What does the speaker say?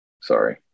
sorry